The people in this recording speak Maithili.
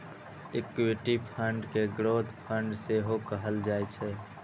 इक्विटी फंड कें ग्रोथ फंड सेहो कहल जाइ छै